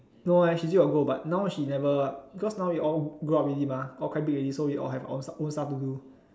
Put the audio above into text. no eh she still got go but now she never because now we all grow up already mah all quite big already all have our own stuff to do